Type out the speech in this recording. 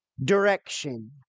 direction